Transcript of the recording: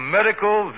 Medical